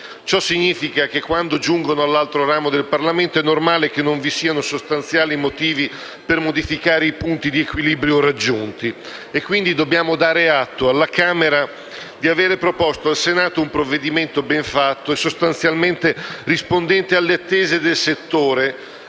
Ciò significa che, quando giungono all'altro ramo del Parlamento, è normale che non vi siano sostanziali motivi per modificare i punti di equilibrio raggiunti. Quindi, dobbiamo dare atto alla Camera di avere proposto al Senato un provvedimento ben fatto e sostanzialmente rispondente alle attese del settore